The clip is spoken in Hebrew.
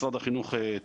משרד החינוך תקצב